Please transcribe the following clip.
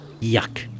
Yuck